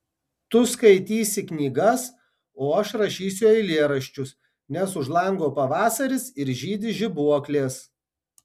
tu skaitysi knygas o aš rašysiu eilėraščius nes už lango pavasaris ir žydi žibuoklės